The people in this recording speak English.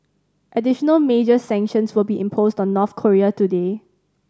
additional major sanctions will be imposed on North Korea today